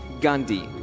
Gandhi